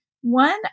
one